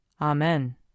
Amen